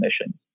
emissions